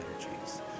energies